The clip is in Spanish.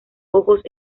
ojos